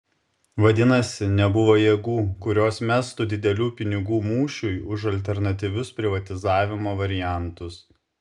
vadinasi nebuvo jėgų kurios mestų didelių pinigų mūšiui už alternatyvius privatizavimo variantus